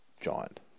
giant